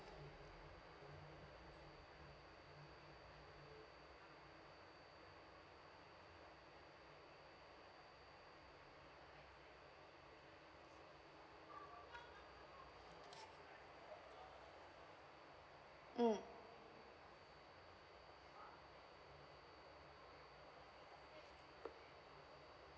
mm